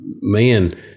man